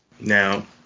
Now